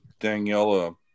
Daniela